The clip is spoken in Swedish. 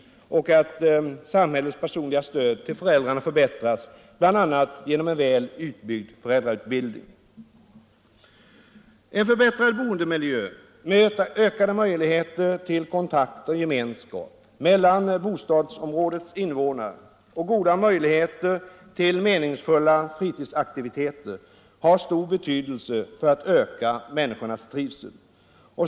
11. Samhällets personliga stöd till föräldrarna förbättras bl.a. genom en väl utbyggd föräldrautbildning. En förbättrad boendemiljö med ökade möjligheter till kontakt och gemenskap mellan bostadsområdets invånare och goda möjligheter till meningsfulla fritidsaktiviteter har stor betydelse för att öka människornas trivsel.